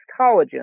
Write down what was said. collagen